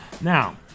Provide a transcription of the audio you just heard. now